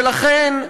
ולכן,